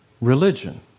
religion